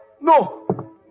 No